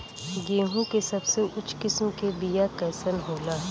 गेहूँ के सबसे उच्च किस्म के बीया कैसन होला?